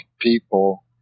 people